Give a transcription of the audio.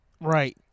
Right